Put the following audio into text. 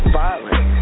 violent